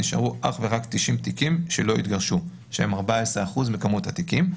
נשארו אך ורק 90 תיקים שלא התגרשו שהם 14% מכמות התיקים.